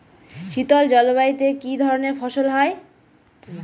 শীতল জলবায়ুতে কি ধরনের ফসল হয়?